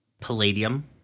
palladium